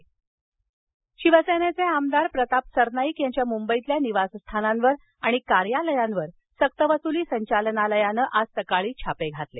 छापे शिवसेनेचे आमदार प्रताप सरनाईक यांच्या मुंबईतील निवासस्थानांवर आणि कार्यालयांवर सक्तवसुली संचालनालयानं आज सकाळी छापे घातले